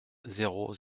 zéro